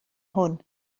hwn